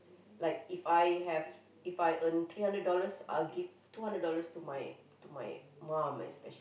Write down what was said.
like If I have If I earn three hundred dollars I'll give two hundred dollars to my to my mum especially